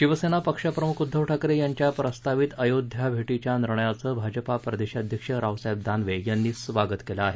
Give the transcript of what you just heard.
शिवसेना पक्षप्रमुख उद्धव ठाकरे यांच्या प्रस्तावित अयोध्या भेटीच्या निर्णयाचं भाजपा प्रदेशाध्यक्ष रावसाहेब दानवे यांनी स्वागत केलं आहे